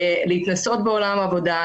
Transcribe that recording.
להתנסות בעולם העבודה,